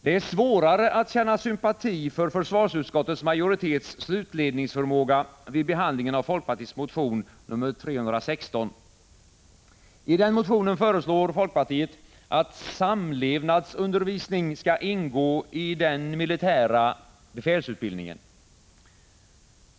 Det är svårare att känna sympati för utskottsmajoritetens slutledningsförmåga vid behandling av folkpartiets motion 1985/86:Fö316. I den motionen föreslår folkpartiet att samlevnadsundervisning skall ingå i den militära befälsutbildningen.